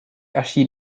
erschien